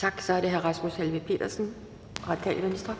Venstre. Kl. 11:53 Rasmus Helveg Petersen (RV):